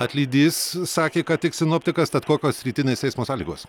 atlydys sakė ką tik sinoptikas tad kokios rytinės eismo sąlygos